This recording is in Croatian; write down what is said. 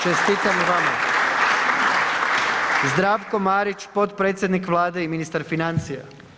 Čestitam i vama. Zdravko Marić, potpredsjednik Vlade i ministar financija.